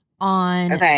on